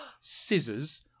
scissors